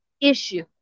issue